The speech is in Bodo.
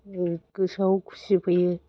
गोसोआव खुसि फैयो